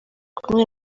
kumwe